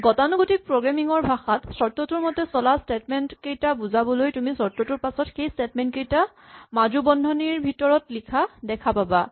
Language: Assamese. গতানুগতিক প্ৰগ্ৰেমিং ৰ ভাষাত চৰ্তটোৰ মতে চলা স্টেটমেন্ট কেইটা বুজাবলৈ তুমি চৰ্তটোৰ পাছত সেই স্টেটমেন্ট কেইটা মাজু বন্ধনীৰ ভিতৰত লিখা দেখা পাবা